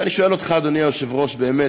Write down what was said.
ואני שואל אותך, אדוני היושב-ראש, באמת,